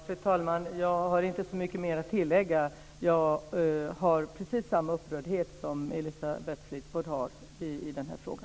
Fru talman! Jag har inte så mycket mer att tillägga. Jag är precis lika upprörd som Elisabeth Fleetwood när det gäller denna fråga.